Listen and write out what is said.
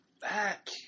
back